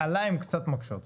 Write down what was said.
עליי הן קצת מקשות.